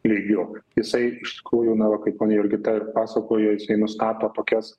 lygiu jisai iš tikrųjų na va kaip ponia jurgita ir pasakojo jisai nustato tokias